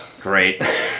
Great